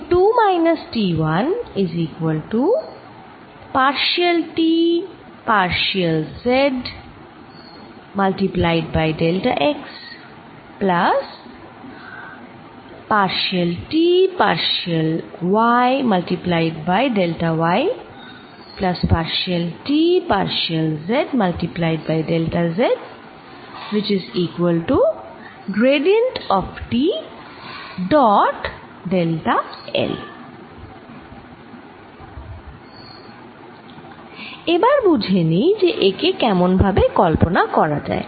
এবার বুঝে নিই যে একে কেমন ভাবে কল্পনা করা যায়